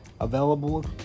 available